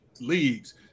leagues